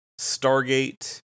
Stargate